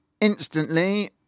instantly